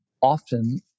Often